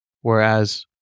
whereas